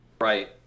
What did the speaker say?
Right